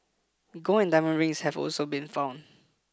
gold and diamond rings have also been found